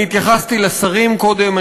אני התייחסתי לשרים קודם.